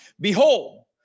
Behold